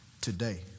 today